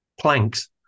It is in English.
planks